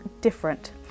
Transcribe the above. different